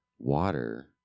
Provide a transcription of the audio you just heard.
Water